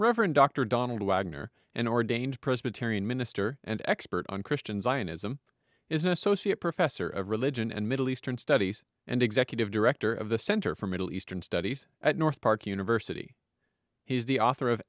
dr donald wagner an ordained presbyterian minister and expert on christian zionism is an associate professor of religion and middle eastern studies and executive director of the center for middle eastern studies at northpark university he's the author of